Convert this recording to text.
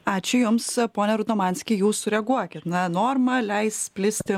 ačiū jums pone rudomanski jūs sureaguokit na norma leis plisti ir